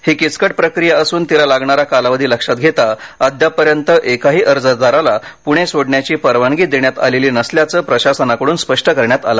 ही किचकट प्रक्रिया असून तिला लागणारा कालावधी लक्षात घेता अद्यापपर्यंत एकही अर्जदाराला पुणे सोडण्याची परवानगी देण्यात आलेली नसल्याचं प्रशासनाकडून स्पष्ट करण्यात आलं